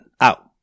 out